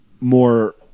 more